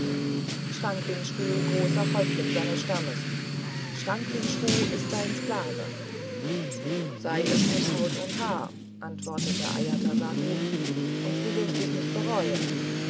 chranquinchru großer häuptling seines stammes chranquinchru ist dein sklave sei es mit haut und haar antwortete ajatasattu und du wirst es nicht bereuen